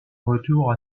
retour